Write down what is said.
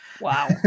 wow